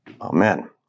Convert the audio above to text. Amen